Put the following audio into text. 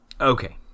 Okay